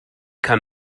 kann